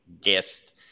guest